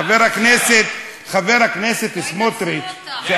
חבר הכנסת סמוטריץ,